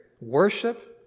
worship